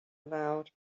aloud